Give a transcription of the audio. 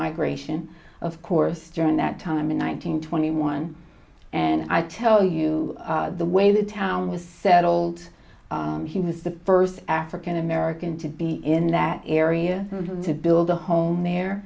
migration of course during that time in one nine hundred twenty one and i tell you the way the town was settled he was the first african american to be in that area to build a home there